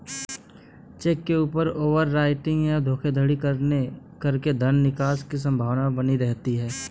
check के ऊपर over writing या धोखाधड़ी करके धन निकासी की संभावना बनी रहती है